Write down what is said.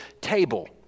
table